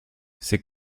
c’est